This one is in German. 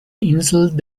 inseln